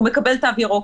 הוא מקבל תו ירוק.